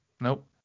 nope